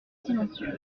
silencieux